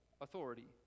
authority